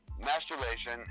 masturbation